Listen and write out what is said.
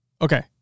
Okay